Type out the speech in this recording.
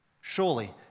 surely